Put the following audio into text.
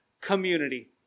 Community